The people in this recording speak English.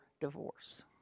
divorce